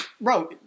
Bro